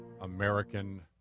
American